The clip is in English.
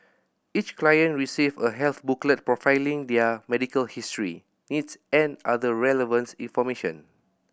each client receive a health booklet profiling their medical history needs and other relevant information